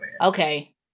Okay